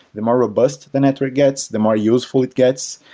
the more robust the network gets, the more useful it gets,